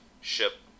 ship